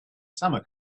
summa